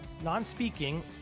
Non-speaking